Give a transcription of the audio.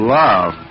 love